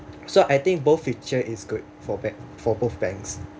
so I think both feature is good for ban~ for both banks